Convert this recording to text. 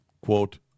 quote